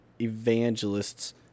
evangelists